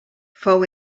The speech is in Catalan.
fou